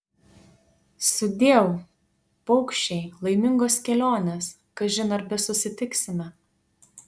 sudieu paukščiai laimingos kelionės kažin ar besusitiksime